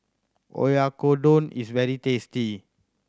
oyakodon is very tasty